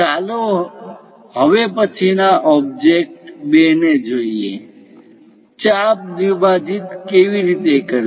ચાલો હવે પછીના ઓબ્જેક્ટ 2 ને જોઈએ ચાપ દ્વિભાજીત કેવી રીતે કરવી